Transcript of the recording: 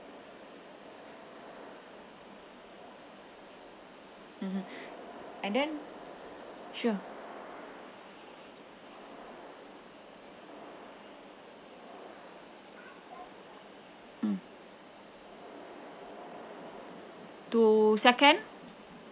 mmhmm and then sure mm to second